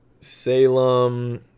Salem